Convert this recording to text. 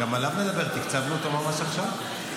גם עליו נדבר, תקצבנו אותו ממש עכשיו.